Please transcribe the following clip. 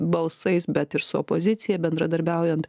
balsais bet ir su opozicija bendradarbiaujant